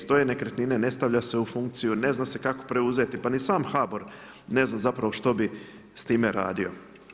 Stoje nekretnine, ne stavlja se u funkciju, ne zna se kako preuzeti, pa ni sam HBOR, ne zna što bi sa time radio.